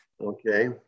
Okay